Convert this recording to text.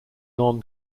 non